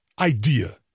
idea